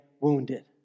wounded